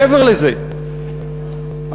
מעבר לזה,